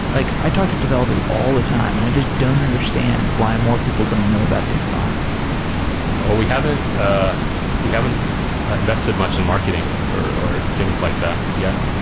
like i talk to developers all the time and i just don't understand why more people don't know about diffbot. yeah we haven't ah we haven't invested much in marketing or or things like that yet.